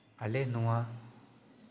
ᱟᱞᱮ ᱱᱚᱣᱟ